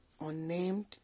unnamed